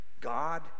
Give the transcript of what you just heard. God